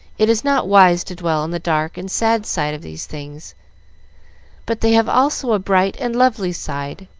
it is not wise to dwell on the dark and sad side of these things but they have also a bright and lovely side,